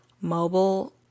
mobile